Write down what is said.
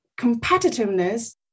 competitiveness